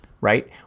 right